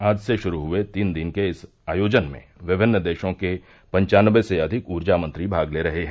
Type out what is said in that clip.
आज से शुरू हुए तीन दिन के इस आयोजन में विभिन्न देशों के पन्वानवे से अधिक ऊर्जा मंत्री भाग ले रहे हैं